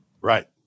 Right